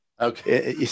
Okay